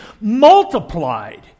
multiplied